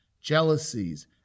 jealousies